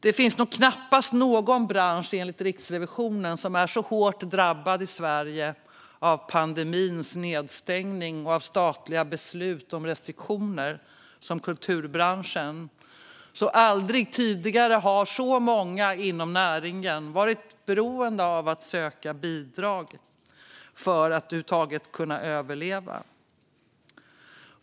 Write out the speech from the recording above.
Det finns, enligt Riksrevisionen, knappast någon bransch i Sverige som är så hårt drabbad av pandemins nedstängning och av statliga beslut om restriktioner som kulturbranschen. Aldrig tidigare har så många inom näringen varit beroende av att söka bidrag för att över huvud taget kunna överleva.